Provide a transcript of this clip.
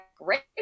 great